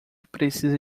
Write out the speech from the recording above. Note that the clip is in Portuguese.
precisa